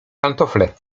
pantofle